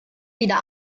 wieder